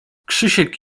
krzysiek